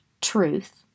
truth